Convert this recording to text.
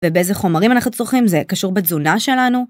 ובאיזה חומרים אנחנו צריכים זה קשור בתזונה שלנו?